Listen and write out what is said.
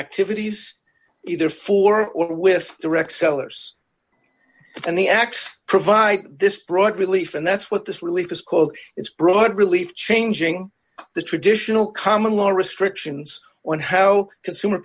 activities either for or with direct sellers and the acts provide this broad relief and that's what this relief is called it's broad relief changing the traditional common law restrictions on how consumer